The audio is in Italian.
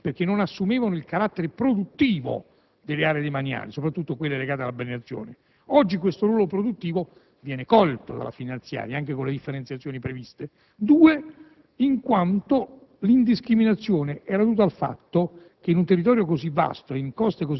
che ritenevamo iniqui e indiscriminati gli aumenti precedenti: iniqui, perché non assumevano il carattere produttivo delle aree demaniali, soprattutto quelle legate alla balneazione (oggi questo ruolo produttivo viene colto dalla finanziaria, anche con le differenziazioni previste);